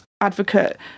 advocate